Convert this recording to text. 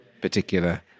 particular